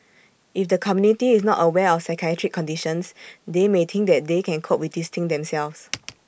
if the community is not aware of psychiatric conditions they may think that they can cope with these things themselves